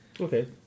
Okay